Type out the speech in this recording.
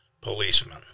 policemen